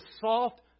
soft